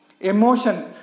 emotion